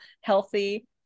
healthy